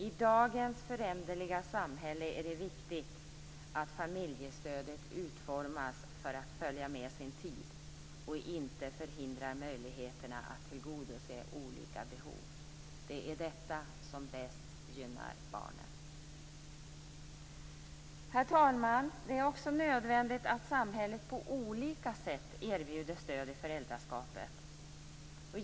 I dagens föränderliga samhälle är det viktigt att familjestödet utformas för att följa med sin tid och inte förhindrar möjligheterna att tillgodose olika behov. Det är detta som bäst gynnar barnen. Herr talman! Det är också nödvändigt att samhället på olika sätt erbjuder stöd i föräldraskapet.